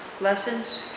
lessons